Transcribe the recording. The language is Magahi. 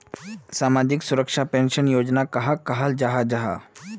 सामाजिक सुरक्षा पेंशन योजना कहाक कहाल जाहा जाहा?